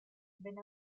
ben